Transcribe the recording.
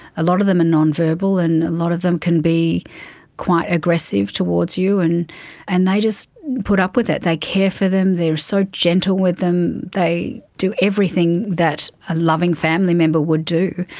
a lot of them are non-verbal and a lot of them can be quite aggressive towards you. and and they just put up with it. they care for them, they are so gentle with them. they do everything that a loving family member would do.